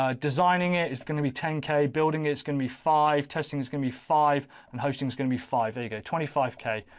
ah designing it, it's going to be ten k building is going to be five testing is gonna be five, and hosting is going to be five mega twenty five k.